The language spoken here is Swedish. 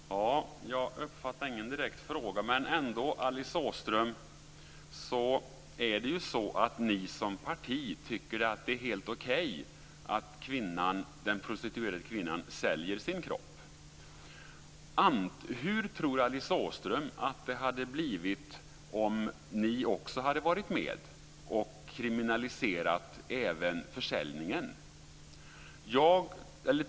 Fru talman! Jag uppfattade ingen direkt fråga. Men, Alice Åström, ni som parti tycker ju att det är helt okej att den prostituerade kvinnan säljer sin kropp. Hur tror Alice Åström att det hade blivit om ni också hade varit med på att kriminalisera även försäljningen?